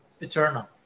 eternal